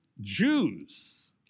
Jews